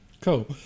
cool